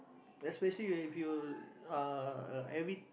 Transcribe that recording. especially if you uh a avid